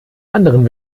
anderen